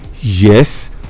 Yes